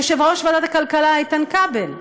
יושב-ראש ועדת הכלכלה איתן כבל,